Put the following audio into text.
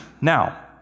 Now